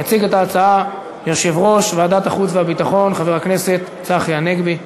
יציג את ההצעה יושב-ראש ועדת החוץ והביטחון חבר הכנסת צחי הנגבי.